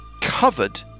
covered